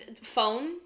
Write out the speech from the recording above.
phone